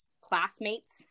classmates